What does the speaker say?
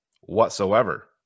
whatsoever